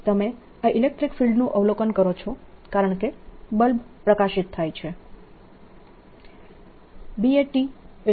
તમે આ ઇલેક્ટ્રીક ફિલ્ડનું અવલોકન કરો છો કારણકે બલ્બ પ્રકાશિત થાય છે